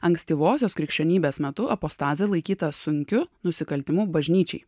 ankstyvosios krikščionybės metu apostazė laikyta sunkiu nusikaltimu bažnyčiai